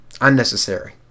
Unnecessary